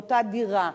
באותה דירה,